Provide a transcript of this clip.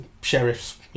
sheriff's